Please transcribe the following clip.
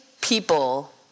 people